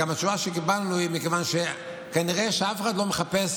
והתשובה שקיבלנו היא: מכיוון שכנראה שאף אחד לא מחפש